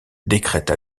décrète